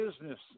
business